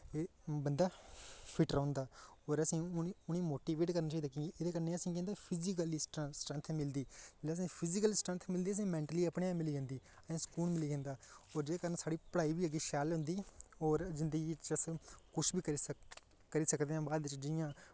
ए बंदा फिट रौंह्दा और असें उ'नें ई उ'नें ई मोटिवेट करना चाहिदा कि एह्दे कन्नै असें केह् होंदा फिजिकली स्ट्रेन स्ट्रैंथ मिलदी जेल्लै असें फिजिकली स्ट्रैंथ मिलदी असें मैन्टली अपने आप मिली जंदी असें सुकून मिली जंदा और जेह्दे कन्नै साढ़ी पढ़ाई बी अग्गें शैल होंदी और जिंदगी च अस किश बी करी सक सकने बाद बिच जि'यां